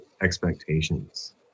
expectations